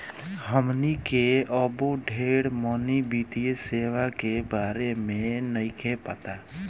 हमनी के अबो ढेर मनी वित्तीय सेवा के बारे में नइखे पता